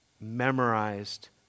memorized